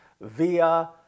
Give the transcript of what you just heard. via